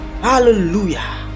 Hallelujah